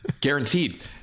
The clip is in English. guaranteed